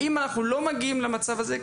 אם אנחנו לא מגיעים למצב הזה,